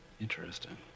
Interesting